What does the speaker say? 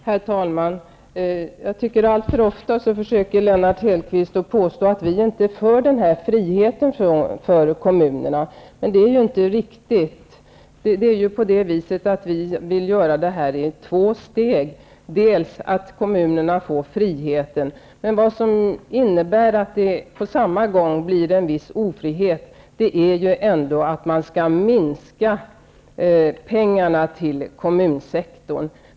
Herr talman! Alltför ofta försöker Lennart Hedquist påstå att vi inte är för friheten för kommunerna, men det är inte riktigt. Vi vill införa den i två steg. Det blir på samma gång en viss ofrihet, genom att man skall minska på pengarna till kommunsektorn.